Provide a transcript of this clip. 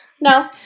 No